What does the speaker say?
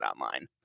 online